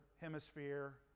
hemisphere